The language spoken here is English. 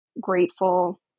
grateful